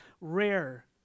rare